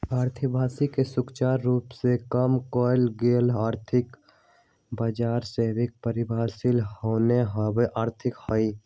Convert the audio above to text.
अर्थव्यवस्था के सुचारू रूप से काम करे के लेल आर्थिक बजार सभके प्रभावशाली होनाइ आवश्यक हइ